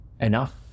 enough